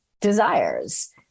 desires